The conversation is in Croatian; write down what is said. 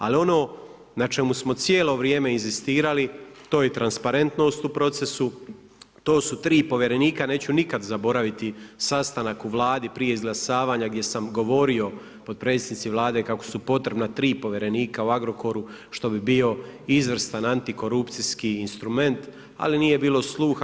Ali, ono na čemu smo cijelo vrijeme inzistirali, to je transparentnost u procesu, to su 3 povjerenika, neću nikada zaboraviti sastanak u Vladi, prije izglasavanja, gdje sam govorio potpredsjednici Vlade, kako su potrebna 3 povjerenika u Agrokoru, što bi bio izvrstan antikorupcijski instrument, ali nije bilo sluha.